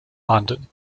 london